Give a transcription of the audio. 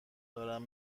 دارم